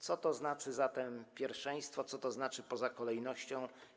Co to znaczy „pierwszeństwo”, co to znaczy „poza kolejnością”